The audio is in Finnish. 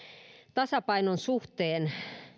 tasapainon suhteen